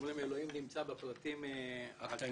שאומרים "אלוהים נמצא בפרטים הקטנים".